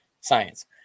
science